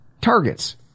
targets